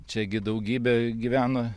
čia gi daugybė gyvena